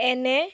এনে